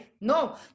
no